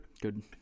Good